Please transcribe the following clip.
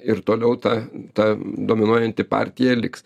ir toliau ta ta dominuojanti partija liks